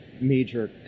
major